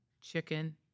chicken